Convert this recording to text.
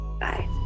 Bye